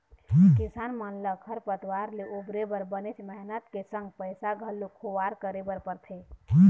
किसान मन ल खरपतवार ले उबरे बर बनेच मेहनत के संग पइसा घलोक खुवार करे बर परथे